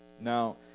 Now